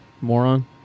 moron